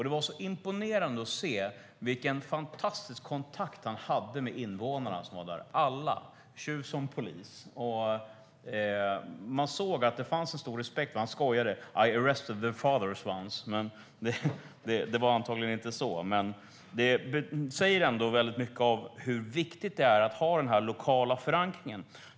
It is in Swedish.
Det var imponerande att se vilken fantastisk kontakt han hade med alla invånarna som var där, tjuv som polis. Man såg att det fanns en stor respekt. Han skojade: I arrested their fathers once. Det var antagligen inte så. Men det säger ändå väldigt mycket om hur viktigt det är att ha den lokala förankringen.